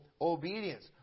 obedience